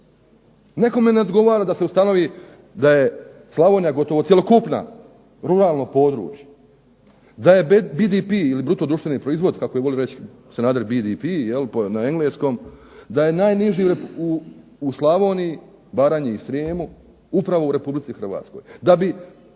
Nekome ne odgovara da se ustanovi da je Slavonija gotovo cjelokupna ruralno područje, da je BDP ili bruto društveni proizvod, kako je volio reći Sanader BDP na engleskom, da je najniži u Slavoniji, Baranji i Srijemu upravo u Republici Hrvatskoj.